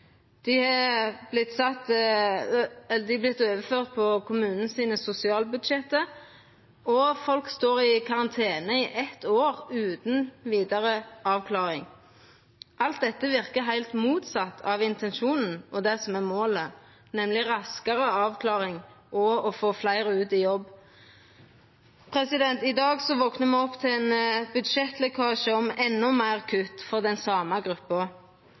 Dei er overførte til kommunane sine sosialbudsjett, og folk står i karantene i eitt år utan vidare avklaring. Alt dette verkar heilt motsett av intensjonen og det som er målet, nemleg raskare avklaring og å få fleire ut i jobb. I dag vakna me opp til ein budsjettlekkasje om endå større kutt for den same gruppa.